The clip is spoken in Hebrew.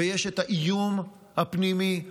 ויש את האיום הפנימי,